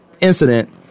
incident